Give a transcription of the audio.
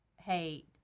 hey